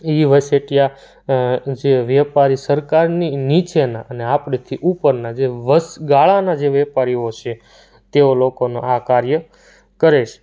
એ વચેટિયા જે વેપારી સરકારની નીચેના અને આપણાથી ઉપરના જે વચગાળાના જે વેપારીઓ છે તેઓ લોકોનો આ કાર્ય કરે છે